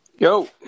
Yo